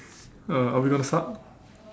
uh are we going to start